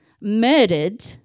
murdered